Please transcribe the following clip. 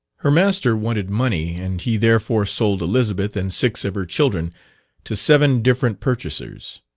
her master wanted money, and he therefore sold elizabeth and six of her children to seven different purchasers.